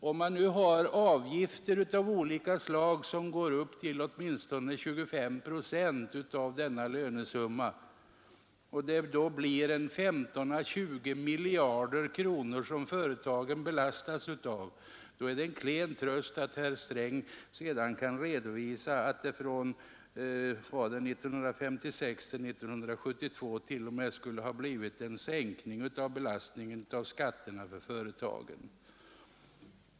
Om avgifter av olika slag uppgår till åtminstone 25 procent av denna lönesumma och företagen därigenom belastas med 15 å 20 miljarder kronor är det en klen tröst för företagen att herr Sträng kan redovisa att det mellan 1956 och 1972 blivit en minskad skattebelastning för företagen.